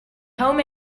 home